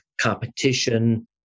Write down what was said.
competition